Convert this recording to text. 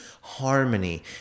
harmony